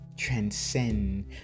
Transcend